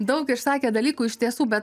daug išsakėt dalykų iš tiesų bet